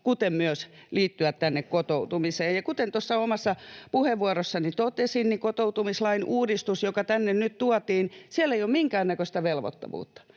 kuten myös liittyen kotoutumiseen. Kuten tuossa omassa puheenvuorossani totesin, niin kotoutumislain uudistuksessa, joka tänne nyt tuotiin, ei ole minkäännäköistä velvoittavuutta.